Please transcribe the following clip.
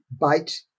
bite